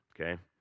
okay